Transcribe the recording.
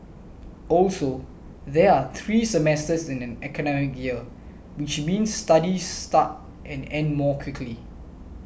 also there are three semesters in an academic year which means studies start and end more quickly